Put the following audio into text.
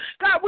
God